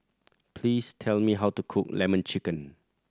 please tell me how to cook Lemon Chicken